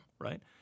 right